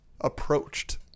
approached